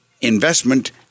investment